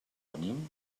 tenim